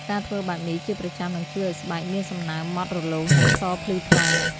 ការធ្វើបែបនេះជាប្រចាំនឹងជួយឲ្យស្បែកមានសំណើម ម៉ដ្ឋរលោង និងសភ្លឺថ្លា។